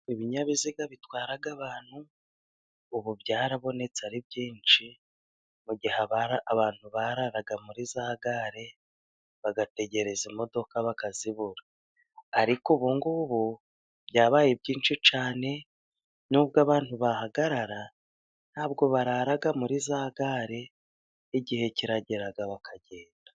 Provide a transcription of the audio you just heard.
Ibinyabiziga bitwara abantu ubu byarabonetse ari byinshi mu gihe haba abantu bararaga muri za gare bagategereza imodoka bakazibura. Ariko ubu ngubu byabaye byinshi cyane, nubwo abantu bahagarara ntabwo barara muri za gare, igihe kiragera bakagenda.